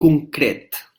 concret